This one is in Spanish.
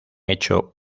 hecho